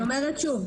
אז אני אומרת שוב,